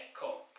cool